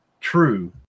true